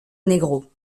negro